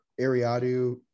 Ariadu